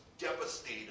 devastated